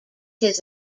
his